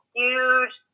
huge